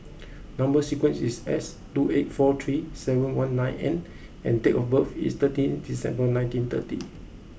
number sequence is S two eight four three seven one nine N and date of birth is thirteen December nintyeen thirty